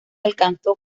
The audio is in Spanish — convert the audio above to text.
alcanzó